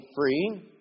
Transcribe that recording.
free